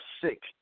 sick